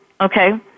okay